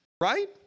Right